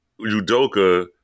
Udoka